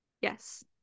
Yes